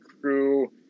crew